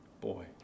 boy